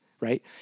right